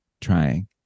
trying